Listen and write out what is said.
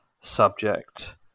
subject